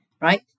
Right